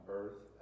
earth